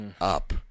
up